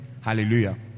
Hallelujah